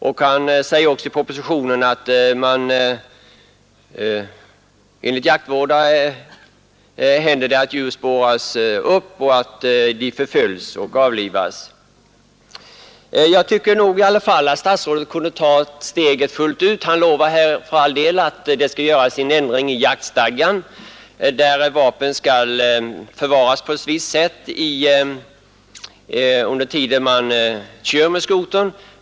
Statsrådet säger också i propositionen att det händer att djur spåras upp, förföljs och avlivas. Enligt min mening kunde statsrådet emellertid ha tagit steget fullt ut. Han lovar att en ändring skall göras i jaktstadgan, så att vapnen förvaras på visst sätt under färd med skotern.